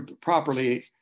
properly